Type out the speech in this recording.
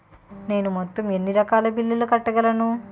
నేను మొత్తం ఎన్ని రకాల బిల్లులు కట్టగలను?